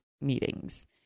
meetings